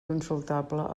consultable